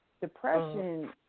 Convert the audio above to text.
Depression